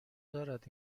دارد